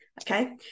okay